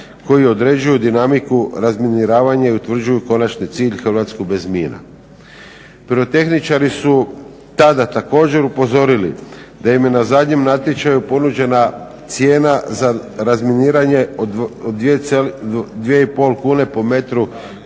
koji određuju dinamiku razminiranja i utvrđuju konačni cilj – Hrvatsku bez mina. Pirotehničari su tada također upozorili da im je na zadnjem natječaju ponuđena cijena za razminiranje od 2,5 kune po metru